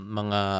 mga